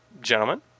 Gentlemen